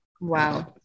Wow